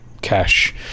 cash